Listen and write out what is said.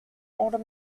older